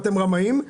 אתם רמאים,